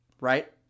right